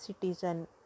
citizen